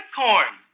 corn